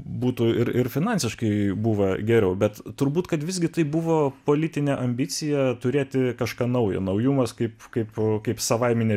būtų ir ir finansiškai buvo geriau bet turbūt kad visgi tai buvo politinė ambicija turėti kažką naujo naujumas kaip kaip e kaip savaiminė